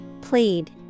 Plead